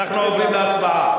אנחנו עוברים להצבעה.